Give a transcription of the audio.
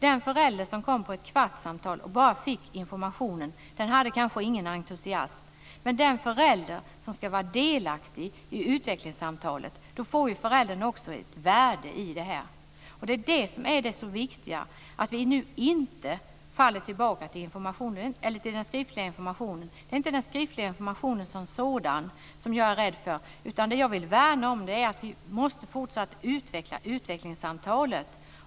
Den förälder som kom till ett kvartssamtal och bara fick informationen hade kanske inte någon entusiasm. Men den förälder som ska vara delaktig i utvecklingssamtalet får också ett värde i detta. Och det är det som är så viktigt, att vi nu inte faller tillbaka till den skriftliga informationen. Det är inte den skriftliga informationen som sådan som jag är rädd för, utan det som jag vill värna om det är att vi fortsatt måste utveckla utvecklingssamtalen.